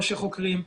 או שחוקרים,